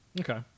Okay